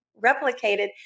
replicated